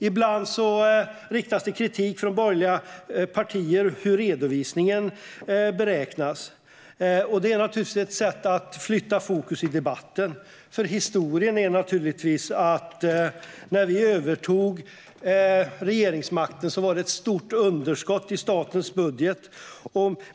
Ibland riktas det från borgerliga partier kritik mot hur redovisningen beräknas. Detta är naturligtvis ett sätt att flytta fokus i debatten. Historien är att det var ett stort underskott i statens budget när vi övertog regeringsmakten.